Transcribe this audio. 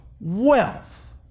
wealth